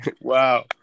Wow